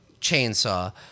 chainsaw